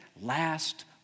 last